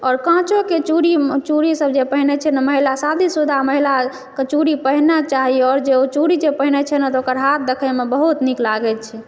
आओर काँचोके चूड़ी चूड़ीसभ जे पहिरय छै न महिलासभ या शादीशुदा महिलाके चूड़ी पहिरनाइ चाही आओर जे ओ चूड़ी जे पहिनय छै न ओकर हाथ देखीमे बहुत नीक लागैत छै